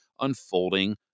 unfolding